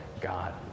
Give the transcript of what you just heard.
God